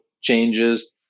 changes